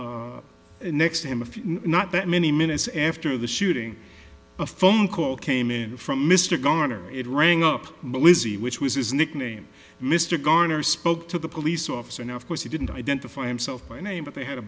few not that many minutes after the shooting a phone call came in from mr garner it rang up melissy which was his nickname mr garner spoke to the police officer and of course he didn't identify himself by name but they had a